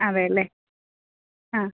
അതെ അല്ലേ ആ